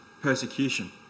persecution